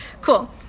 cool